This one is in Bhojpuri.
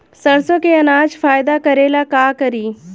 सरसो के अनाज फायदा करेला का करी?